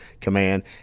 command